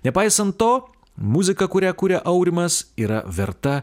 nepaisant to muzika kurią kuria aurimas yra verta